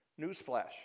Newsflash